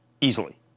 easily